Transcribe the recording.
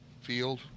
field